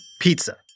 pizza